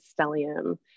stellium